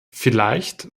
vielleicht